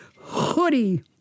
hoodie